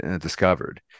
discovered